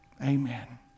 Amen